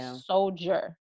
soldier